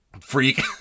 freak